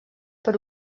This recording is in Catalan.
per